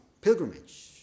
pilgrimage